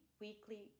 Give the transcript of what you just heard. weekly